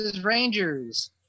Rangers